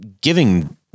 giving